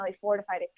fortified